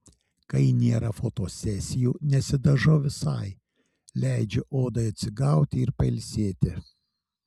kai nėra fotosesijų nesidažau visai leidžiu odai atsigauti ir pailsėti